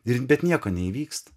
ir bet nieko neįvyksta